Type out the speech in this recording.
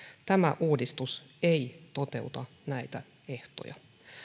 tämä uudistus ei toteuta näitä ehtoja